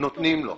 נותנים לו.